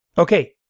okay,